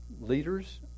leaders